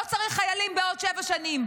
לא צריך חיילים בעוד שבע שנים,